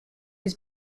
his